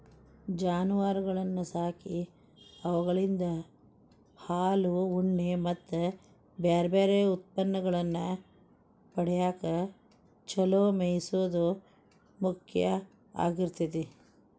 ಜಾನುವಾರಗಳನ್ನ ಸಾಕಿ ಅವುಗಳಿಂದ ಹಾಲು, ಉಣ್ಣೆ ಮತ್ತ್ ಬ್ಯಾರ್ಬ್ಯಾರೇ ಉತ್ಪನ್ನಗಳನ್ನ ಪಡ್ಯಾಕ ಚೊಲೋ ಮೇಯಿಸೋದು ಮುಖ್ಯ ಆಗಿರ್ತೇತಿ